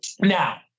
Now